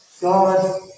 God